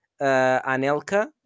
Anelka